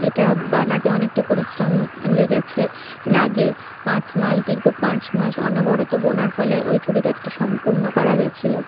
এটা বানাতে অনেকটা পরিশ্রম লেগেছে লাগে পাঁচ মাস দীর্ঘ পাঁচ মাস অনবরত বোনার ফলে ওই চুড়িদারটি সম্পূর্ণ করা গিয়েছিল